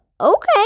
okay